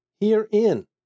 Herein